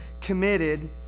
committed